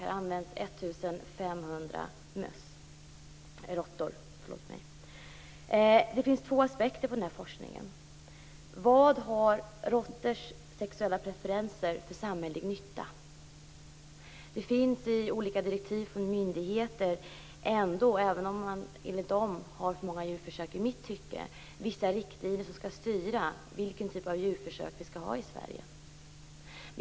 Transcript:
Det används 1 500 råttor. Det finns två aspekter på denna forskning. Vad har forskning om råttors sexuella preferenser för samhällelig nytta? Det finns i olika direktiv från myndigheter, även om dessa i mitt tycke godtar ett för stort antal djurförsök, vissa riktlinjer som skall styra vilken typ av djurförsök vi skall ha i Sverige.